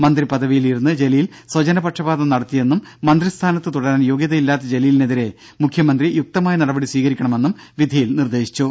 മന്ത്രി പദവിയിൽ ഇരുന്ന് ജലീൽ സ്വജനപക്ഷപാതം നടത്തിയെന്നും മന്ത്രി സ്ഥാനത്ത് തുടരാൻ യോഗ്യത ഇല്ലാത്ത ജലീലിനെതിരെ മുഖ്യമന്ത്രി യുക്തമായ നടപടി സ്വീകരിക്കണമെന്നും വിധിയിൽ നിർദേശിച്ചു